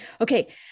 okay